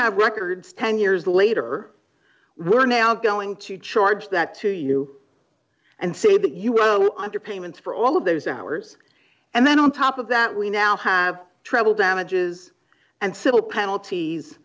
have records ten years later we're now going to charge that to you and see that you go on to payments for all of those hours and then on top of that we now have treble damages and civil penalties